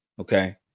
okay